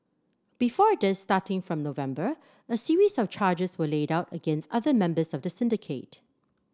before this starting from November a series of charges were laid out against other members of the syndicate